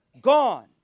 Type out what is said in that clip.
gone